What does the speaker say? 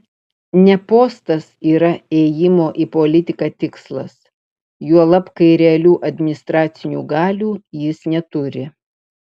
ne postas yra ėjimo į politiką tikslas juolab kai realių administracinių galių jis neturi